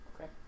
okay